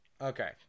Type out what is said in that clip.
Okay